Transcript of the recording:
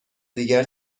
دیگر